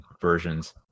versions